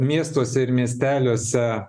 miestuose ir miesteliuose